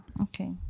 okay